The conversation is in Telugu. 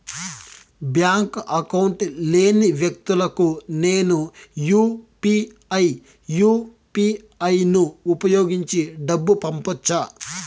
బ్యాంకు అకౌంట్ లేని వ్యక్తులకు నేను యు పి ఐ యు.పి.ఐ ను ఉపయోగించి డబ్బు పంపొచ్చా?